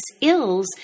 ills